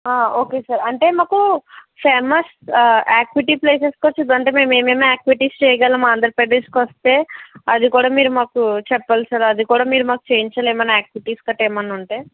okay sir అంటే మాకు famous activity places ఉంటే మేమేం యాక్టివిటీస్ చేయగలము ఆంధ్రప్రదేశ్కి వస్తే అది కూడా మీరు మాకు చెప్పాలి సార్ అది కూడా మీరు మాకు చేయించాల్సిన యాక్టివిటీస్ గట్టా ఏమన్నా ఉంటే